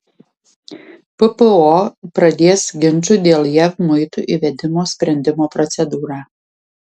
ppo pradės ginčų dėl jav muitų įvedimo sprendimo procedūrą